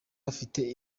bafite